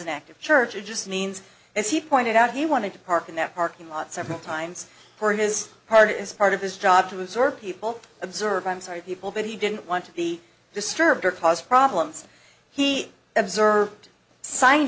an active church it just means as he pointed out he wanted to park in that parking lot several times for his part as part of his job to absorb people observe i'm sorry people but he didn't want to be disturbed or cause problems he observed sign